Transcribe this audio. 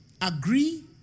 agree